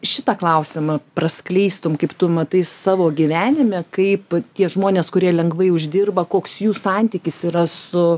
šitą klausimą praskleistum kaip tu matai savo gyvenime kaip tie žmonės kurie lengvai uždirba koks jų santykis yra su